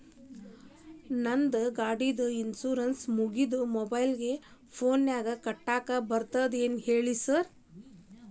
ನಂದ್ ಗಾಡಿದು ಇನ್ಶೂರೆನ್ಸ್ ಮುಗಿದದ ಮೊಬೈಲ್ ಫೋನಿನಾಗ್ ಕಟ್ಟಾಕ್ ಬರ್ತದ ಹೇಳ್ರಿ ಸಾರ್?